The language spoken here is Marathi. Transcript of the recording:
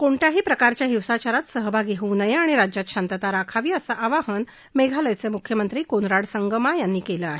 कोणत्याही प्रकारच्या हिंसाचारात सहभागी होऊ नये आणि राज्यात शांतता राखावी असं आवाहन मेघालयचे मुख्यमंत्री कोनराड संगमा यांनी केलं आहे